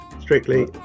strictly